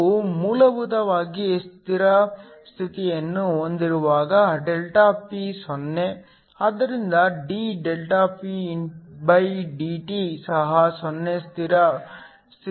ನಾವು ಮೂಲಭೂತವಾಗಿ ಸ್ಥಿರ ಸ್ಥಿತಿಯನ್ನು ಹೊಂದಿರುವಾಗ ΔP 0 ಆದ್ದರಿಂದ d ΔPdt ಸಹ 0 ಸ್ಥಿರ ಸ್ಥಿತಿಯಲ್ಲಿರುತ್ತದೆ